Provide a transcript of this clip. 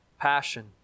passion